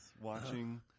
watching